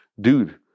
dude